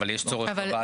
אבל יש צורך בוועדה.